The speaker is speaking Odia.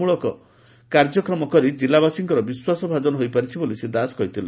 ମ୍ଳକ କାର୍ଯ୍ୟକ୍ରମ କରି ଜିଲ୍ଲା ବାସୀଙ୍କ ବିଶ୍ୱାସ ଭାଜନ ହୋଇଛିବୋଲି ଶ୍ରୀ ଦାସ କହି ଥିଲେ